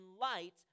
light